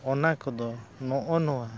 ᱚᱱᱟ ᱠᱚᱫᱚ ᱱᱚᱜᱼᱚ ᱱᱚᱣᱟ